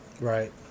right